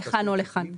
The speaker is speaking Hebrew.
לכאן או לכאן.